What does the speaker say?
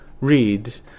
read